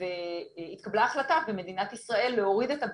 והתקבלה החלטה במדינת ישראל להוריד את הבדיקות,